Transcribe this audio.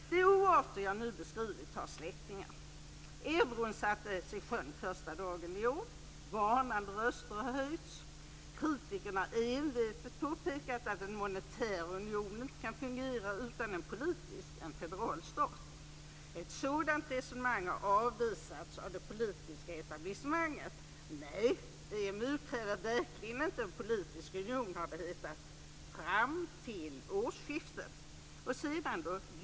De oarter jag nu beskrivit har "släktingar". Euron sattes i sjön första dagen i år. Varnande röster har höjts. Kritikerna har envetet påpekat att en monetär union inte kan fungera utan en politisk, en federal stat. Ett sådant resonemang har avvisats av det politiska etablissemanget. Nej, EMU kräver verkligen inte en politisk union, har det hetat fram till årsskiftet. Och sedan då? Just så!